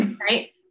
Right